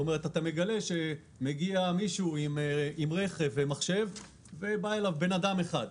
שם אתה מגלה שמגיע מישהו עם רכב ובא אליו בן אדם אחד.